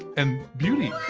and beauty,